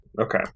okay